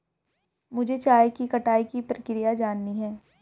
मुझे चाय की कटाई की प्रक्रिया जाननी है